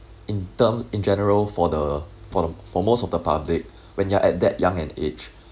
in term in general for the for for most of the public when you are at that young an age